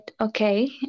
okay